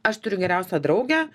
aš turiu geriausią draugę